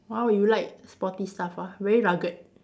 orh you like sporty stuff ah very rugged